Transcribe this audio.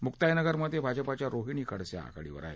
मुक्ताईनगर मध्ये भाजपाच्या रोहिणी खडसे आघाडीवर आहेत